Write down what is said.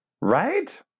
Right